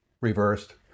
reversed